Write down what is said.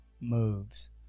moves